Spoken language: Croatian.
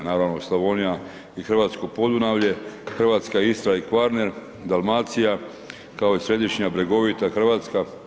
Naravno Slavonija i Hrvatsko Podunavlje, hrvatska Istra i Kvarener, Dalmacija kao i središnja bregovita Hrvatska.